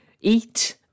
eat